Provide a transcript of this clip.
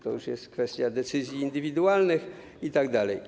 To już jest kwestia decyzji indywidualnych itd.